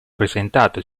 presentato